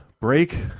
break